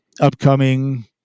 upcoming